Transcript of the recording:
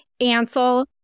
Ansel